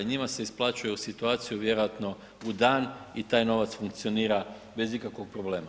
Njima se isplaćuje u situaciju vjerojatno u dan i taj novac funkcionira bez ikakvog problema.